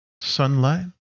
sunlight